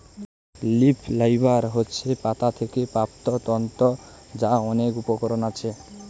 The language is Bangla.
লিফ ফাইবার হচ্ছে পাতা থেকে প্রাপ্ত তন্তু যার অনেক উপকরণ আছে